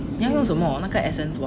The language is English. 你要用什么那个 essence water